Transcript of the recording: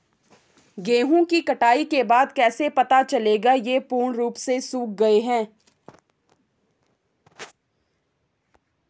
गेहूँ की कटाई के बाद कैसे पता चलेगा ये पूर्ण रूप से सूख गए हैं?